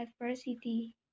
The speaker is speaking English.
adversity